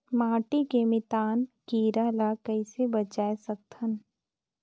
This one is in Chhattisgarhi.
माटी के मितान कीरा ल कइसे बचाय सकत हन?